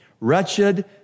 Wretched